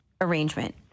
arrangement